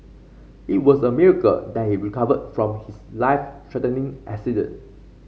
it was a miracle that he recovered from his life threatening accident